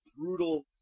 brutal